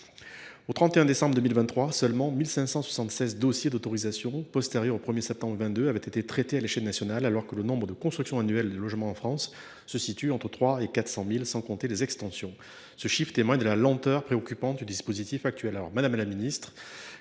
Au 31 décembre 2023, seulement 1 576 dossiers d’autorisation d’urbanisme postérieurs au 1 septembre 2022 avaient été traités à l’échelle nationale, alors que le nombre de constructions annuelles de logements en France se situe entre 300 000 et 400 000, sans compter les extensions. Ce chiffre témoigne de la lenteur préoccupante du dispositif actuel. Madame la ministre,